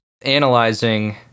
analyzing